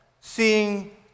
seeing